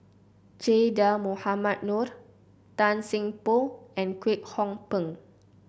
Che Dah Mohamed Noor Tan Seng Poh and Kwek Hong Png